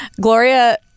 Gloria